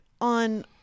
on